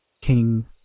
king